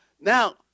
Now